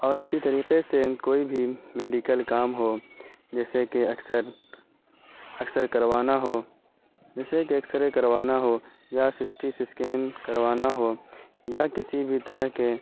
اور اسی طریقے سے کوئی بھی میڈیکل کام ہو جیسے کہ اکثر اکثر کروانا ہو جیسے کہ ایکس رے کروانا ہو یا سی ٹی سسکین کروانا ہو یا کسی بھی طرح کے